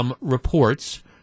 reports